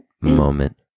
moment